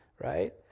Right